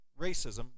racism